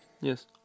Yes